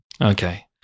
Okay